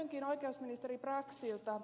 kysynkin oikeusministeri braxilta